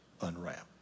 unwrapped